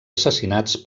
assassinats